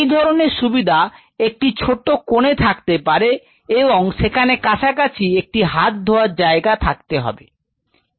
এই ধরনের সুবিধা একটি ছোট্ট কোণে থাকতে পারে এবং সেখানে কাছাকাছি একটি হাত ধোয়ার জায়গা থাকবে